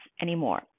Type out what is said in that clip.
anymore